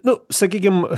nu sakykim